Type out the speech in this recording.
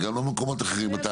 וגם לא במקומות אחרים.